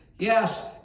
Yes